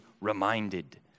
reminded